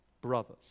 brothers